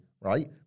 right